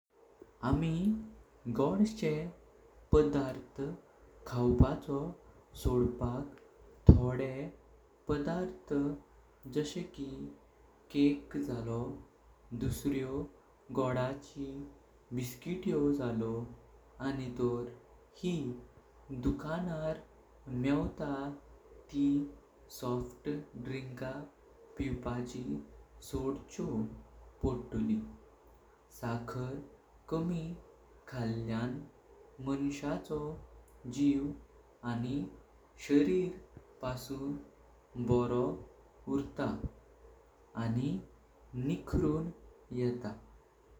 आमि गोंचे पदार्थ खावपाचो सोदपाक थोड़े पदार्थ जशे कि केक जलो, दुसऱ्यो गोडाची बिस्किटियो जलो। आणि तोर हि दुकानदार मेवता ती सॉफ्ट ड्रिंका पिवपाची सोदच्यो पडतली, साखर कमी खळ्यान मानिशाचो जीव। आणि शरीर पासून बरो उरता आणि निखारून येता।